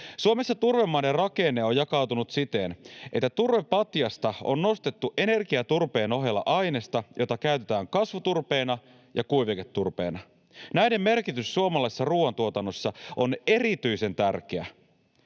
Suomessa turvemaiden rakenne on jakautunut siten, että turvepatjasta on nostettu energiaturpeen ohella ainesta, jota käytetään kasvuturpeena ja kuiviketurpeena. Näiden merkitys suomalaisessa ruoantuotannossa on erityisen tärkeä.